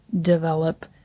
develop